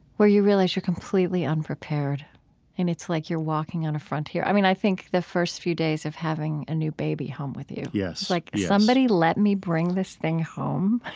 where you realize you're completely unprepared and it's like you're walking on a frontier. i mean, i think the first few days of having a new baby home with you is yeah like, somebody let me bring this thing home?